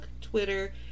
Twitter